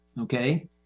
okay